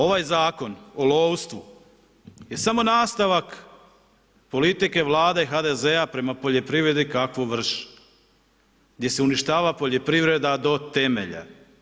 Ovaj Zakon o lovstvu je samo nastavak politike Vlade HDZ-a prema poljoprivredi kakvu vrše, gdje se uništava poljoprivreda do temelja.